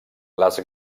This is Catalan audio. les